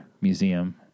Museum